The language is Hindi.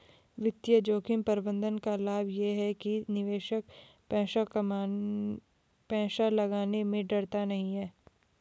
वित्तीय जोखिम प्रबंधन का लाभ ये है कि निवेशक पैसा लगाने में डरता नहीं है